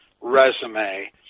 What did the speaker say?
resume